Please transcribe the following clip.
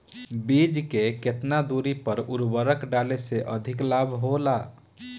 बीज के केतना दूरी पर उर्वरक डाले से अधिक लाभ होला?